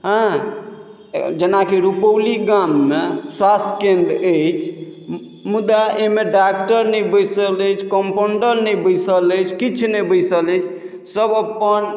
हँ जेनाकि रुपौली गाममे स्वास्थ्य केन्द्र अछि मुदा एहिमे डॉक्टर नहि बैसल अछि कम्पाउन्डर नहि बैसल अछि किछ नहि बैसल अछि सभ अपन